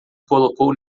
colocou